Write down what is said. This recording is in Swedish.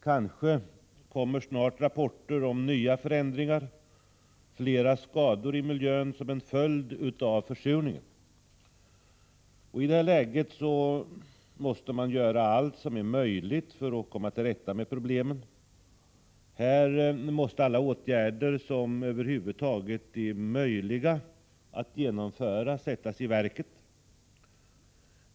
Kanske kommer snart rapporter om nya förändringar och fler skador i miljön som en följd av försurningen. I det här läget måste man göra allt som är möjligt för att komma till rätta med problemen. Här måste alla åtgärder som över huvud taget är möjliga att genomföra sättas i verket.